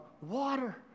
water